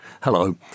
Hello